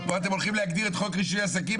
אבל פה אתם הולכים להגדיר את חוק רישוי עסקים.